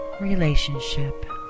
relationship